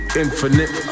infinite